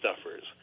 stuffers